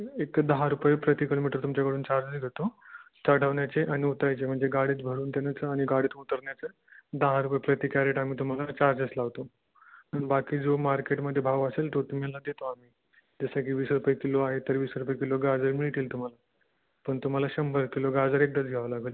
एक दहा रुपये प्रति किलोमीटर तुमच्याकडून चार्जेस घेतो चढवण्याचे आणि उतरायचे म्हणजे गाडीत भरून देण्याचं आणि गाडीतून उतरण्याचं दहा रुपये प्रति कॅरेट आम्ही तुम्हाला चार्जेस लावतो आणि बाकी जो मार्केटमध्ये भाव असेल तो तुम्हाला देतो आम्ही जसं की वीस रुपये किलो आहे तर वीस रुपये किलो गाजर मिळतील तुम्हाला पण तुम्हाला शंभर किलो गाजर एकदाच घ्यावं लागंल